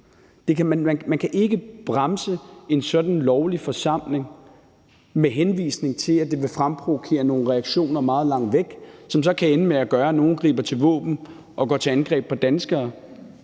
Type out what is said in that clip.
Man kan ikke bremse en sådan lovlig forsamling, med henvisning til at det vil fremprovokere nogle reaktioner meget langt væk, som så kan ende med at gøre, at nogen griber til våben og går til angreb på danskere